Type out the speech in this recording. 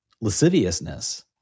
lasciviousness